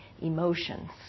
emotions